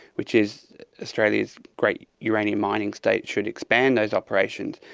which is australia's great uranium mining state, should expand those operations,